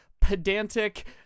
pedantic